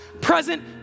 present